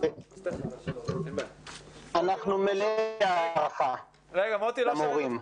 אומר שאנחנו מלאי הערכה למורים.